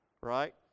right